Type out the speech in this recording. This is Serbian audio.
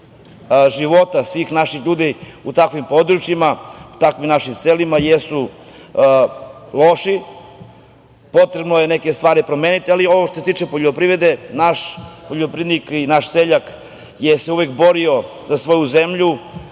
života svih naših ljudi u takvim područjima, u takvim našim selima jesu loši, potrebno je neke stvari promeniti, ali što se tiče poljoprivrede, naš poljoprivrednik i naš seljak se uvek borio za svoju zemlju.